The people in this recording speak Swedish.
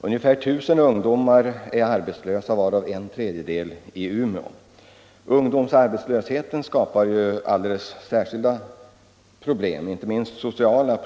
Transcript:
Ungefär 1 000 ungdomar är arbetslösa i Västerbotten, varav en tredjedel i Umeå. Ungdomsarbetslösheten skapar alldeles speciella problem, inte minst sociala.